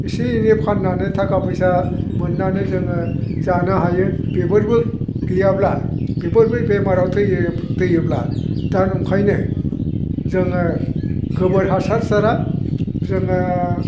इसे एनै फाननानै थाखा फैसा मोननानै जोङो जानो हायो बेफोरबो गैयाब्ला बेफोर बै बेमाराव थैयोब्ला दा नंखायनो जोङो गोबोर हासार सारा जोङो